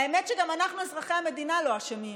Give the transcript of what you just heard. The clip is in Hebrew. האמת שגם אנחנו, אזרחי המדינה, לא אשמים.